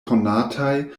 konataj